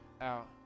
out